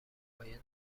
پایه